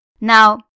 Now